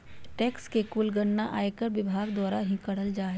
tax के कुल गणना आयकर विभाग द्वारा ही करल जा हय